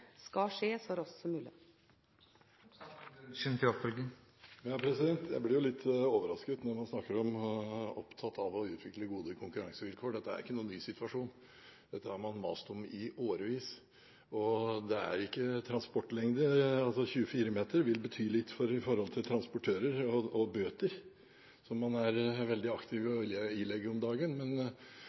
skal skje så raskt som mulig. Jeg blir litt overrasket når man snakker om at man er opptatt av å utvikle gode konkurransevilkår. Dette er ikke noen ny situasjon, dette har man mast om i årevis. Det er ikke transportlengde – 24 meter vil bety litt for transportører når det gjelder bøter, som man er veldig aktive med å ilegge